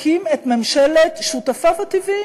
הקים את ממשלת שותפיו הטבעיים,